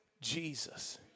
Jesus